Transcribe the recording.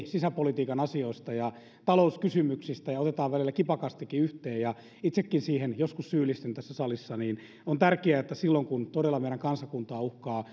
sisäpolitiikan asioista ja talouskysymyksistä ja otetaan välillä kipakastikin yhteen ja itsekin siihen joskus syyllistyn tässä salissa niin on tärkeää että silloin kun todella meidän kansakuntaa uhkaa